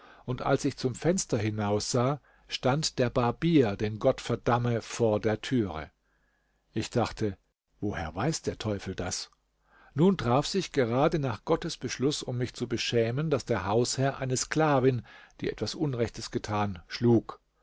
und als ich zum fenster hinaus sah stand der barbier den gott verdamme vor der türe ich dachte woher weiß der teufel das nun traf sich gerade nach gottes beschluß um mich zu beschämen daß der hausherr eine sklavin die etwas unrechtes getan schlug